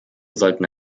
sollten